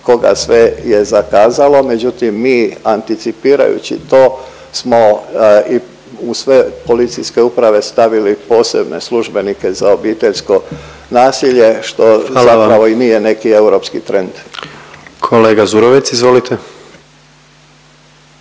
koga sve je zakazalo. Međutim, mi anticipirajući to smo i u sve policijske uprave stavili posebne službenike za obiteljsko nasilje što … …/Upadica predsjednik: Hvala vam./… … zapravo i nije